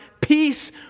peace